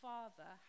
Father